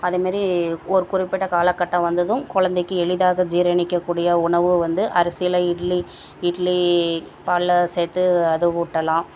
அதே மாரி ஒரு குறிப்பிட்ட காலகட்டம் வந்ததும் கொழந்தைக்கி எளிதாக ஜீரணிக்கக்கூடிய உணவு வந்து அரிசியில இட்லி இட்லி பால்ல சேர்த்து அதை ஊட்டலாம்